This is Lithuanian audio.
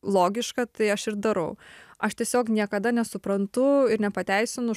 logiška tai aš ir darau aš tiesiog niekada nesuprantu ir nepateisinu